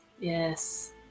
yes